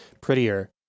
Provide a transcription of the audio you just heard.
prettier